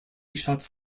shuts